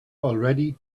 already